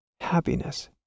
happiness